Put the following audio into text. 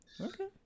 Okay